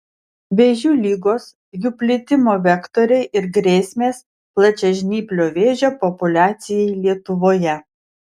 vėžių ligos jų plitimo vektoriai ir grėsmės plačiažnyplio vėžio populiacijai lietuvoje